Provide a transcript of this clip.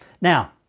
Now